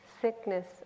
sickness